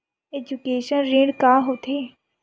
Education ऋण का होथे?